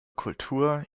kultur